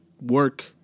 work